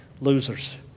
losers